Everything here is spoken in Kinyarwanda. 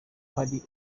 hari